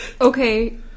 Okay